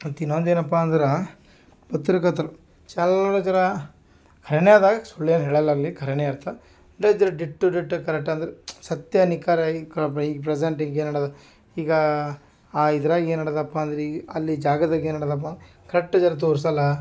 ಮತ್ತು ಇನ್ನೊಂದು ಏನಪ್ಪ ಅಂದ್ರೆ ಪತ್ರಕರ್ತರು ಖರೇನ ಅದ ಸುಳ್ಳು ಏನು ಹೇಳೋಲ್ಲ ಅಲ್ಲಿ ಖರೇನೆ ಇರ್ತದೆ ದೇ ಜರ ದಿಟ್ಟು ಡಿಟ್ಟ ಕರೆಕ್ಟ್ ಅಂದ್ರೆ ಸತ್ಯ ನಿಖರ ಪ್ರೆಸೆಂಟ್ಯಿಂಗೆ ನಡ್ದು ಈಗ ಆ ಇದ್ರಾಗೆ ಏನು ನಡೆದಪ್ಪ ಅಂದರೆ ಈ ಅಲ್ಲಿ ಜಾಗದಾಗೆ ಏನು ನಡ್ದಿದ್ಯಪ್ಪ ಕರೆಕ್ಟ್ ಜರ ತೋರ್ಸೋಲ್ಲ